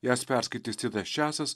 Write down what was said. jas perskaitys titas časas